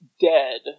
dead